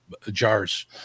jars